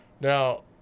Now